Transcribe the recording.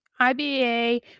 iba